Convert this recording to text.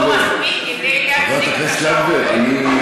לא מספיק כדי להחזיק את השעות האלה.